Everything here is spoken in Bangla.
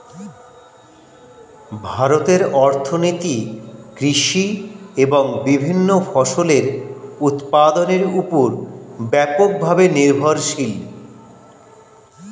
ভারতের অর্থনীতি কৃষি এবং বিভিন্ন ফসলের উৎপাদনের উপর ব্যাপকভাবে নির্ভরশীল